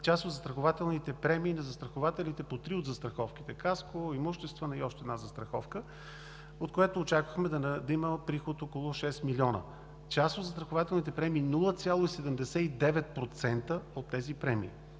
част от застрахователните премии на застрахователите по три от застраховките – „Каско“, „Имуществена“ и още една застраховка, от които очаквахме да има приход около шест милиона, а част от застрахователните премии 0,79% от тези премии.